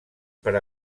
per